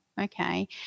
Okay